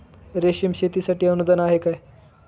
रेशीम शेतीसाठी अनुदान आहे का?